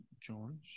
John